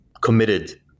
committed